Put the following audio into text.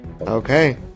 Okay